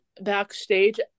backstage